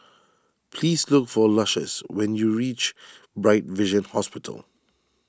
please look for Lucious when you reach Bright Vision Hospital